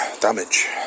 damage